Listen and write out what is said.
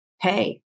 Hey